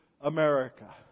America